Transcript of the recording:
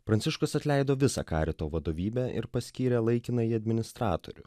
pranciškus atleido visą karito vadovybę ir paskyrė laikinąjį administratorių